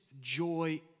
joy